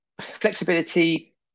Flexibility